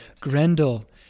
Grendel